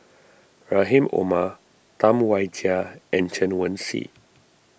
Rahim Omar Tam Wai Jia and Chen Wen Hsi